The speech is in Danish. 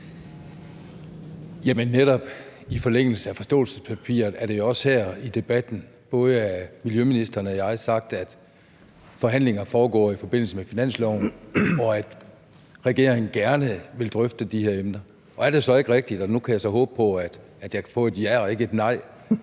i forlængelse af forståelsespapiret er det jo også her i debatten både af miljøministeren og mig blevet sagt, at forhandlinger foregår i forbindelse med finansloven, og at regeringen gerne vil drøfte de her emner. Og er det så ikke rigtigt – og nu kan jeg så håbe på at jeg kan få et ja og ikke et nej